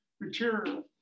material